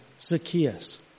Zacchaeus